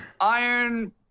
Iron